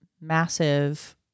massive